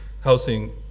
housing